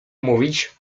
mówić